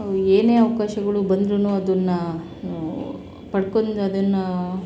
ಏನೇ ಅವ್ಕಾಶಗಳು ಬಂದ್ರು ಅದನ್ನ ಪಡ್ಕೊಂಡ್ ಅದನ್ನು